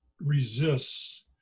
resists